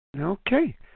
Okay